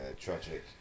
tragic